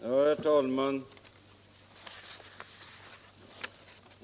Herr talman!